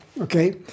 Okay